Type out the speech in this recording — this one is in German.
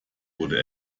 wurde